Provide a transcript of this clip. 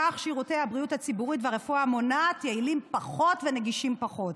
כך שירותי הבריאות הציבורית ברפואה המונעת יעילים פחות ונגישים פחות.